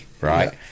right